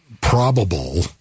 Probable